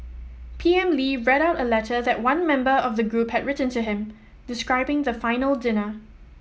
P M Lee read out a letter that one member of the group had written to him describing the final dinner